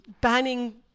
banning